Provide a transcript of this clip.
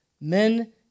men